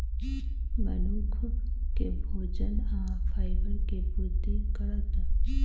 मनुख के भोजन आ फाइबर के पूर्ति करत